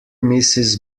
mrs